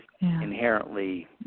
inherently